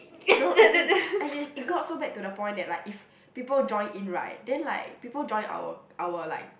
no as in as in it got so bad to the point that like if people join in right then like people join our our like